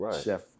Chef